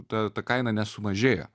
ta ta kaina nesumažėjo